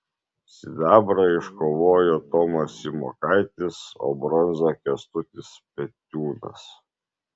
sidabrą iškovojo tomas simokaitis o bronzą kęstutis petniūnas